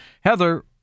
Heather